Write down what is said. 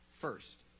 First